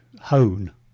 hone